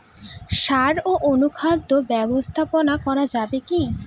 সাড় ও অনুখাদ্য ব্যবস্থাপনা করা যাবে কি?